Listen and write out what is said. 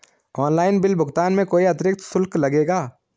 Online bill भुगतान में कोई अतिरिक्त शुल्क लगेगा?